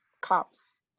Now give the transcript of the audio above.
cops